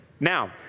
Now